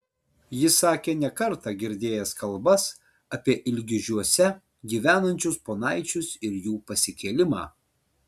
jis sakė ne kartą girdėjęs kalbas apie ilgižiuose gyvenančius ponaičius ir jų pasikėlimą